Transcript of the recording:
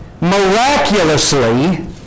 miraculously